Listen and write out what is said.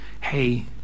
hey